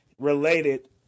related